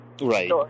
Right